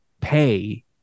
pay